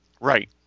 Right